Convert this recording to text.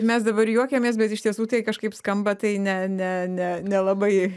mes dabar juokiamės bet iš tiesų tai kažkaip skamba tai ne ne ne nelabai